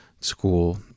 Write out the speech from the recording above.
school